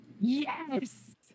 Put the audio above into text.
Yes